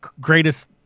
greatest